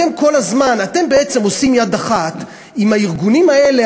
אתם בעצם עושים יד אחת עם הארגונים האלה,